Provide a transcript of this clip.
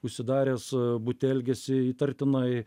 užsidaręs bute elgiasi įtartinai